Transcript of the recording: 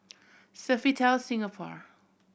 Sofitel Singapore